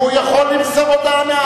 הוא יכול למסור הודעה.